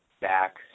back